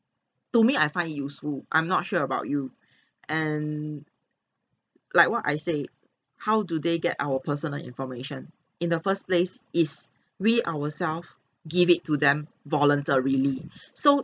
to me I find it useful I'm not sure about you and like what I say how do they get our personal information in the first place is we ourself give it to them voluntarily so